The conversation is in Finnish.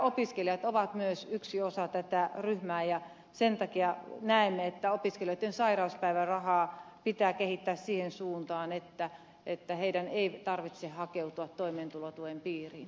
opiskelijat ovat myös yksi osa tätä ryhmää ja sen takia näemme että opiskelijoitten sairauspäivärahaa pitää kehittää siihen suuntaan että heidän ei tarvitse hakeutua toimeentulotuen piiriin